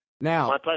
Now